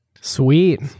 Sweet